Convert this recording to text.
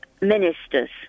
ministers